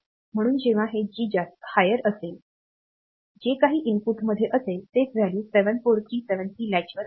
म्हणून जेव्हा हे G जास्त असेल जे काही इनपुटमध्ये असेल तेच व्हॅल्यू 74373 लॅचवर असते